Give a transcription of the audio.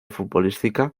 futbolística